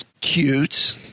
cute